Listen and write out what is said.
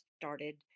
started